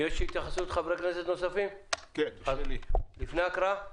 יש בקשה להתייחסות לחברי כנסת נוספים לפני ההקראה?